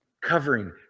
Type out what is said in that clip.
covering